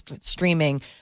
streaming